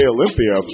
Olympia